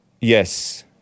Yes